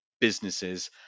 businesses